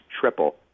triple